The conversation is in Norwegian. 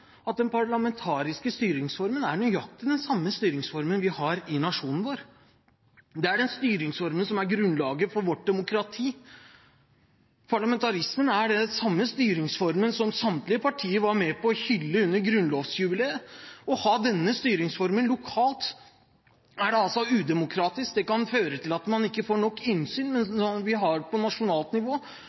at den parlamentariske styreformen er nøyaktig den samme styreformen vi har i nasjonen vår. Det er den styreformen som er grunnlaget for vårt demokrati. Parlamentarismen er den samme styreformen som samtlige partier var med på å hylle under grunnlovsjubileet. Å ha denne styreformen lokalt mener man altså er udemokratisk og kan føre til at man ikke får nok innsyn, men har vi det på nasjonalt nivå,